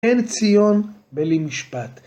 אין ציון בלי משפט.